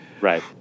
Right